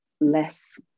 less